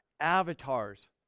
avatars